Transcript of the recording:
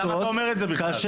למה אתה אומר את זה בכלל?